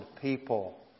people